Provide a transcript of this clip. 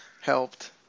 helped